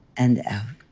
and out.